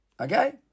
Okay